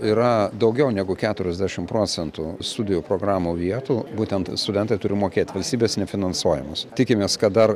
yra daugiau negu keturiasdešim procentų studijų programų vietų būtent studentai turi mokėt valstybės nefinansuojamos tikimės kad dar